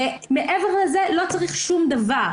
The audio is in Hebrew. מעבר לזה לא צריך דבר.